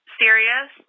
serious